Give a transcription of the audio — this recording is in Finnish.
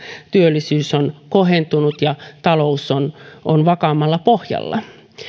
työllisyys on kohentunut ja talous on on vakaammalla pohjalla